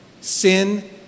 sin